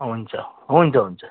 हुन्छ हुन्छ हुन्छ